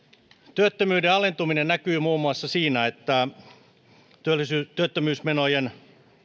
työttömyyden alentuminen näkyy muun muassa siinä että työttömyysmenojen